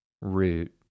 root